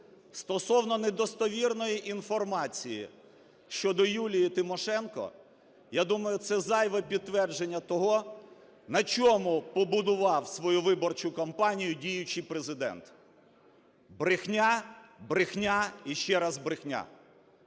стосовно недостовірної інформації щодо Юлії Тимошенко, я думаю, це зайве підтвердження того, на чому побудував свою виборчу кампанію діючий Президент. Брехня, брехня і ще раз брехня.